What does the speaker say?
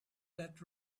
that